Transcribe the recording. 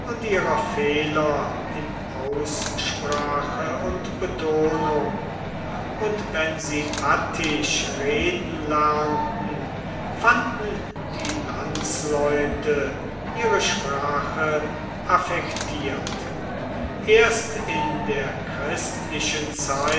ihrer fehler in aussprache und betonung und wenn sie attisch reden lernten fanden die landsleute ihre sprache affektirt erst in der christlichen zeit